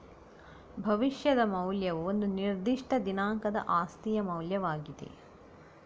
ಭವಿಷ್ಯದ ಮೌಲ್ಯವು ಒಂದು ನಿರ್ದಿಷ್ಟ ದಿನಾಂಕದ ಆಸ್ತಿಯ ಮೌಲ್ಯವಾಗಿದೆ